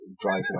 driving